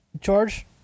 George